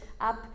up